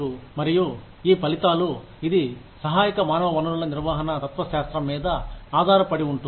మరియు ఈ ఫలితాలు ఇది సహాయక మానవ వనరుల నిర్వహణ తత్వశాస్త్రం మీద ఆధారపడి ఉంటుంది